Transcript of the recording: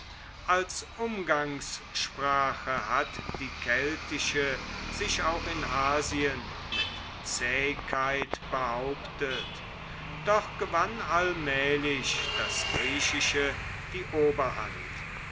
als umgangssprache hat die keltische sich auch in asien mit zähigkeit behauptet doch gewann allmählich das griechische die oberhand